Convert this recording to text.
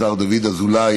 השר דוד אזולאי,